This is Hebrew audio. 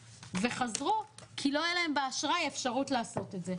וחזרו כי לא היה להם באשראי אפשרות לעשות את זה.